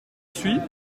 suis